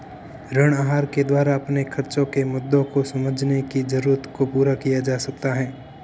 ऋण आहार के द्वारा अपने खर्चो के मुद्दों को समझने की जरूरत को पूरा किया जा सकता है